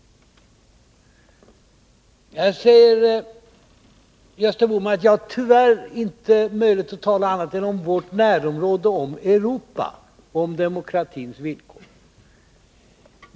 Här säger Gösta Bohman att han tyvärr inte har möjlighet att tala om annat än vårt närområde, Europa, och demokratins villkor.